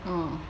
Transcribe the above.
uh